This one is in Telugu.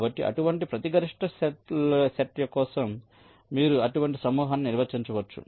కాబట్టి అటువంటి ప్రతి గరిష్ట సెట్ కోసం మీరు అటువంటి సమూహాన్ని నిర్వచించవచ్చు